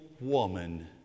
woman